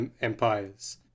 empires